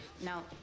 No